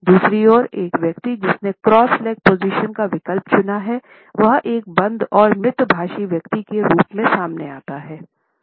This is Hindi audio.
दूसरी ओर एक व्यक्ति जिसने क्रॉस लेग पोजीशन का विकल्प चुना है वह एक बंद और मितभाषी व्यक्ति के रूप में सामने आता है